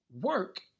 work